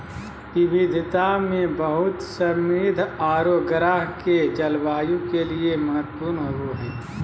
विविधता में बहुत समृद्ध औरो ग्रह के जलवायु के लिए महत्वपूर्ण होबो हइ